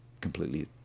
completely